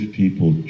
people